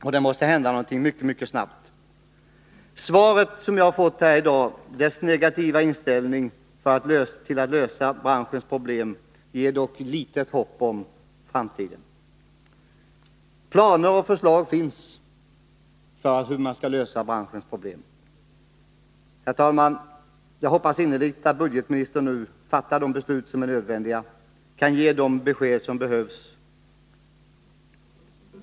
Det måste alltså hända någonting mycket snart. Den negativa inställningen när det gäller att lösa branschens problem som redovisas i det svar jag har fått i dag ger dock inte mycket hopp för framtiden. Herr talman! Planer och förslag till hur man skall lösa problemen finns. Jag hoppas att budgetministern fattar de beslut som är nödvändiga och kan ge de besked som behövs.